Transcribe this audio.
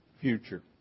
future